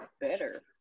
better